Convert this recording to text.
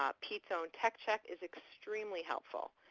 ah peat's own techcheck is extremely helpful.